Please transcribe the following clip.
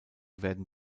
werden